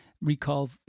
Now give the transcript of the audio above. recall